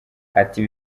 ati